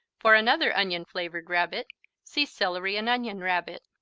for another onion-flavored rabbit see celery and onion rabbit.